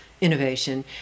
innovation